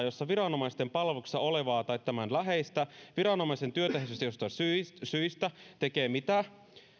jossa viranomaisten palveluksessa olevaa tai tämän läheistä viranomaisen työtehtävistä johtuvista syistä syistä tekee mitä